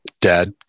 dad